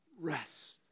Rest